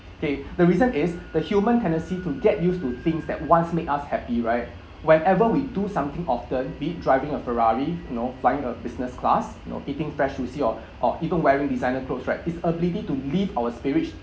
state the reason is the human tendency to get used to things that once make us happy right whenever we do something often be it driving a ferrari you know flying a business class you know eating fresh sushi or or even wearing designer clothes right it's ability to lift our spirits